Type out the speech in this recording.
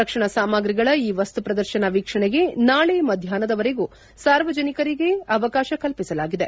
ರಕ್ಷಣಾ ಸಾಮಗ್ರಿಗಳ ಈ ವಸ್ತುಪ್ರದರ್ತನ ವೀಕ್ಷಣಗೆ ನಾಳೆ ಮಧ್ಯಾಹ್ನದವರೆಗೂ ಸಾರ್ವಜನಿಕರಿಗೆ ಅವಕಾಶ ಕಲ್ಪಿಸಲಾಗಿದೆ